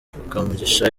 kamugisha